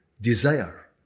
desire